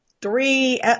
Three